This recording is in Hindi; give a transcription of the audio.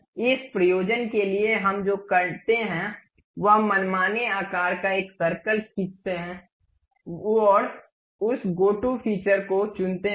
इस प्रयोजन के लिए हम जो करते हैं वह मनमाने आकार का एक सर्कल खींचता है और उस गो टू फीचर को चुनता है